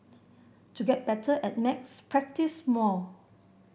to get better at maths practise more